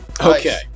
Okay